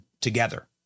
together